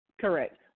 Correct